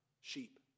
sheep